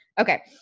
okay